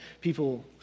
People